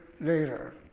Later